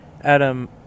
Adam